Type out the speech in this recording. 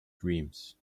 dreams